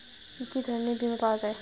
কি কি রকমের বিমা পাওয়া য়ায়?